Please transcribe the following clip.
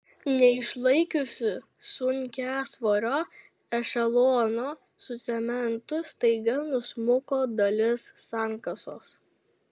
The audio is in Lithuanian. neišlaikiusi sunkiasvorio ešelono su cementu staiga nusmuko dalis sankasos